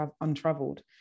untraveled